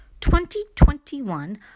2021